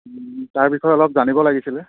তাৰ বিষয়ে অলপ জানিব লাগিছিলে